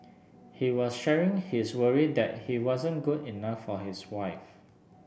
he was sharing his worry that he wasn't good enough for his wife